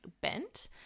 bent